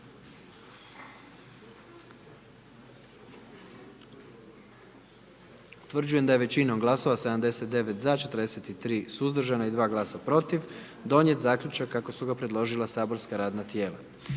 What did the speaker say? Utvrđujem da je većinom glasova 78 za i 1 suzdržan i 20 protiv donijet zaključak kako ga je predložilo matično saborsko radno tijelo.